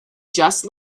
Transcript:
just